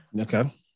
Okay